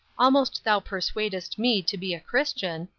almost thou persuadest me to be a christian,